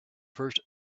first